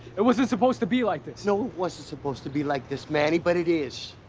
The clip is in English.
it wasn't supposed to be like this. no, it wasn't supposed to be like this, manny, but it is.